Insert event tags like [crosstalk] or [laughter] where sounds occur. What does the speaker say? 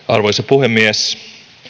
[unintelligible] arvoisa puhemies